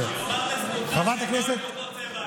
ייאמר לזכותך שהן באו עם אותו צבע היום.